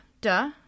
Duh